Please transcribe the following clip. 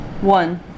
One